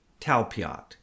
Talpiot